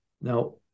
Now